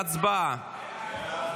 עושה רעש.